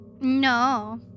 No